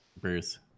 Bruce